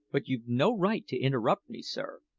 but you've no right to interrupt me, sir.